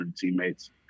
teammates